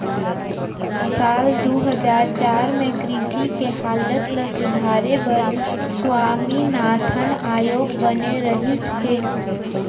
साल दू हजार चार में कृषि के हालत ल सुधारे बर स्वामीनाथन आयोग बने रहिस हे